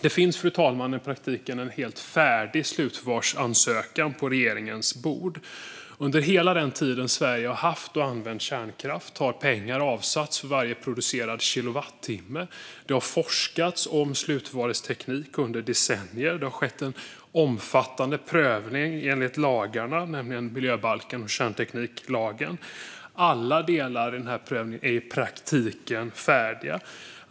Det finns, fru talman, en i praktiken helt färdig slutförvarsansökan på regeringens bord. Under hela den tid Sverige haft och använt kärnkraft har pengar avsatts för varje producerad kilowattimme. Det har forskats om slutförvarsteknik under decennier. Det har skett en omfattande prövning enligt lagarna, nämligen miljöbalken och kärntekniklagen. Alla delar i den här prövningen är i praktiken färdiga.